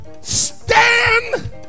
stand